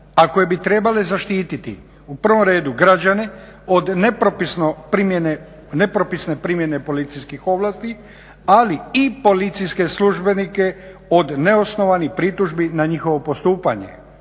a koje bi trebale zaštiti u prvom redu građane od nepropisne primjene policijskih ovlasti, ali i policijske službenika od neosnovanih pritužbi na njihovo postupanje